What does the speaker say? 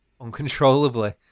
uncontrollably